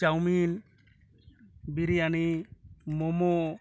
chowmein biryani momo